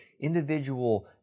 individual